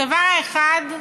הדבר האחד: